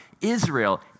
Israel